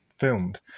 Filmed